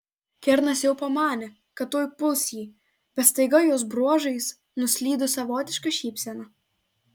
kernas jau pamanė kad tuoj puls jį bet staiga jos bruožais nuslydo savotiška šypsena